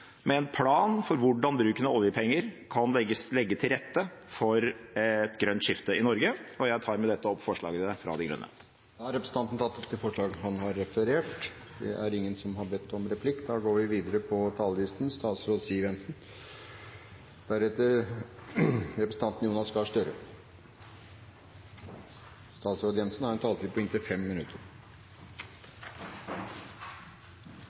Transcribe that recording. med en plan for hvordan bruken av oljepenger kan legge til rette for et grønt skifte i Norge. Jeg tar med dette opp forslagene fra Miljøpartiet De Grønne. Representanten Rasmus Hansson har da tatt opp de forslagene han refererte til. Jeg er glad for den enigheten vi har oppnådd med samarbeidspartiene. Vi